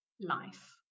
life